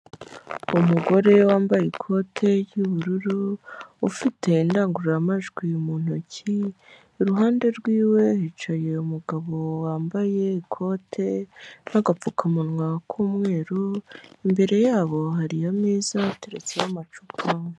Umugore wambaye ikote ry'ubururu ufite indangururamajwi mu ntoki iruhande rw'iwe hicaye umugabo wambaye ikote n'agapfukamunwa k'umweru imbere yabo hari ameza aterutseho amacupa.